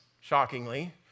shockingly